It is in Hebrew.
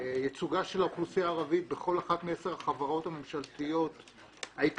ייצוגה של האוכלוסייה הערבית בכל אחת מעשר החברות הממשלתיות העיקריות,